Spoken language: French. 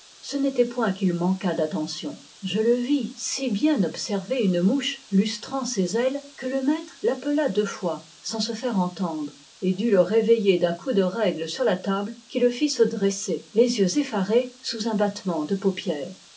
ce n'était point qu'il manquât d'attention je le vis si bien observer une mouche lustrant ses ailes que le maître l'appela deux fois sans se faire entendre et dut le réveiller d'un coup de règle sur la table qui le fit se dresser les yeux effarés sous un battement de paupières